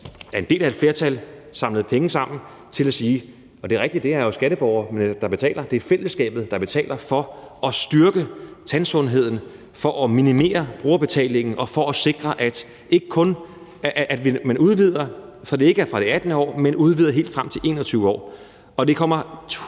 nu som en del af et flertal har samlet penge sammen – og det er rigtigt, at det er skatteborgerne, der betaler, at det er fællesskabet, der betaler – for at styrke tandsundheden, for at minimere brugerbetalingen og for at sikre, at det ikke kun er fra det 18. år, men at man udvider det helt frem til 21 år. Og det kommer